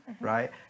Right